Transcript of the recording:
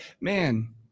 man